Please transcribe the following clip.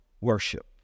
worship